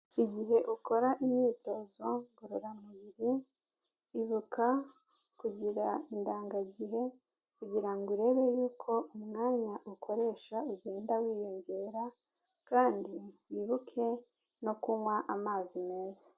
Igihe ukora imyitozo ngororamubiri, ibuka kugira indangagihe kugira ngo urebe y'uko umwanya ukoresha ugenda wiyongera kandi wibuke no kunywa amazi meza.